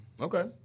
okay